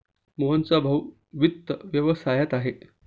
मोहनचा भाऊ वित्त व्यवसायात आहे